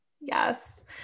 Yes